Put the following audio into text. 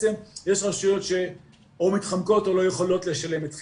רשויות שאו מתחמקות או לא יכולות לשלם את חלקן,